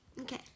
Okay